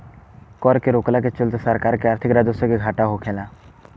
कर के रोकला के चलते सरकार के आर्थिक राजस्व के घाटा होखेला